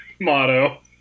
motto